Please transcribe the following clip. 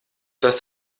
dass